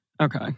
Okay